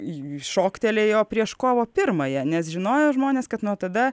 šoktelėjo prieš kovo pirmąją nes žinojo žmonės kad nuo tada